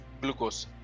glucose